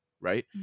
right